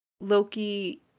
Loki